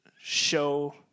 show